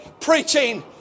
preaching